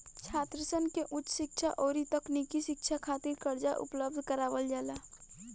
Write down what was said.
छात्रसन के उच शिक्षा अउरी तकनीकी शिक्षा खातिर कर्जा उपलब्ध करावल जाला